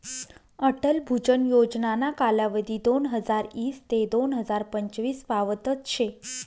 अटल भुजल योजनाना कालावधी दोनहजार ईस ते दोन हजार पंचवीस पावतच शे